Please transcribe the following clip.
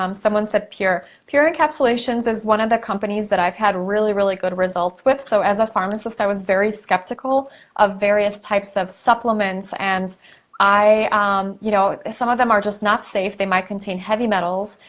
um someone said pure. pure encapsulations is one of the companies that i've had really, really good results with. so, as a pharmacist i was very skeptical of various types of supplements. and some um you know some of them are just not safe. they might contain heavy metals.